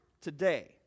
today